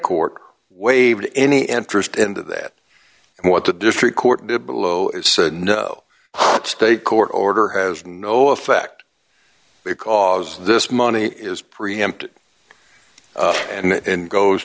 court waived any interest in that and what the district court did below it said no state court order has no effect because this money is preempted and goes